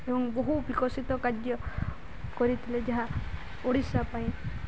ଏବଂ ବହୁ ବିକଶିତ କାର୍ଯ୍ୟ କରିଥିଲେ ଯାହା ଓଡ଼ିଶା ପାଇଁ